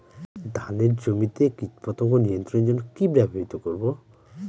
ধানের জমিতে কীটপতঙ্গ নিয়ন্ত্রণের জন্য কি ব্যবহৃত করব?